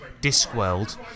Discworld